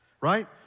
Right